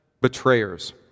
betrayers